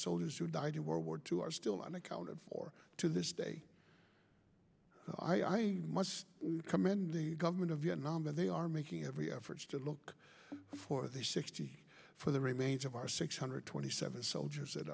soldiers who died in world war two are still unaccounted for to this day i must commend the government of vietnam and they are making every effort to look for the safety for the remains of our six hundred twenty seven soldiers that